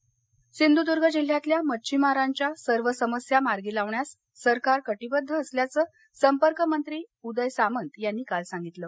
मच्छिमार सिंधदर्ग सिंधुद्ग जिल्ह्यातल्या मच्छिमारांच्या सर्व समस्या मार्गी लावण्यास सरकार कटिबद्ध असल्याच संपर्कमंत्री उदय सामंत यांनी काल सांगितल